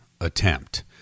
attempt